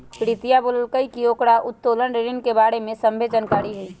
प्रीतिया बोललकई कि ओकरा उत्तोलन ऋण के बारे में सभ्भे जानकारी हई